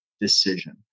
decision